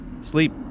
Sleep